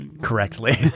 correctly